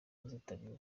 azitabira